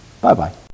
Bye-bye